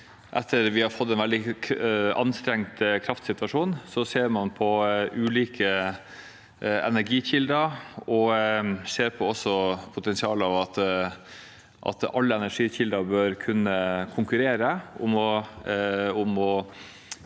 etter at vi har fått en veldig anstrengt kraftsituasjon, ser man på ulike energikilder og også på potensialet av at alle energikilder bør kunne konkurrere